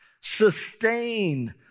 sustain